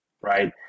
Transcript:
right